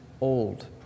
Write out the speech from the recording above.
old